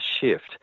shift